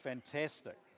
fantastic